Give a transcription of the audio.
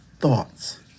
thoughts